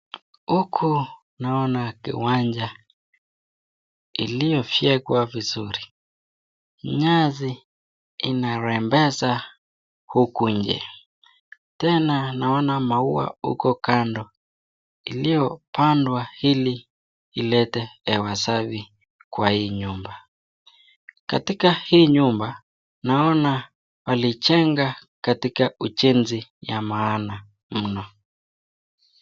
Huku naona kiwanja iliyo fyekwa vizuri. Nyasi inarembesha huku nje tena naona mauwa huko kando iliyo pandwa ili ilete hewa safi kwa hii nyumba. Katika hii nyumba naona walijenga katika ujenzi ya maana mno.